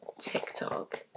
TikTok